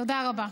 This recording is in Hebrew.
תודה רבה.